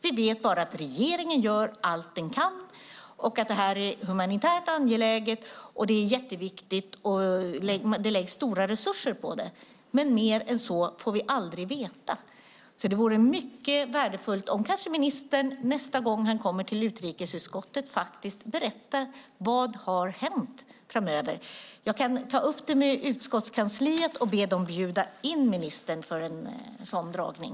Vi vet bara att regeringen gör allt den kan, att det här är humanitärt angeläget, att det är jätteviktigt och att det läggs stora resurser på det. Mer än så får vi aldrig veta. Det vore mycket värdefullt om ministern, kanske nästa gång han kommer till utrikesutskottet, faktiskt berättar vad som har hänt och vad som sker framöver. Jag kan ta upp det med utskottskansliet och be dem bjuda in ministern för en sådan föredragning.